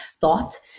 thought